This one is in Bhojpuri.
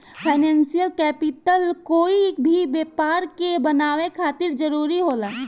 फाइनेंशियल कैपिटल कोई भी व्यापार के बनावे खातिर जरूरी होला